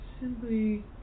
simply